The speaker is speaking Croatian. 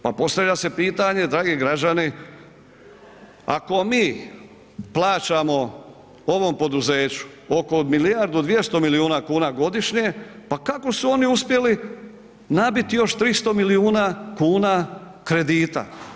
Pa postavlja se pitanje dragi građani, ako mi plaćamo ovom poduzeću oko milijardu 200 milijuna kuna godišnje pa kako su oni uspjeli nabiti još 300 milijuna kuna kredita?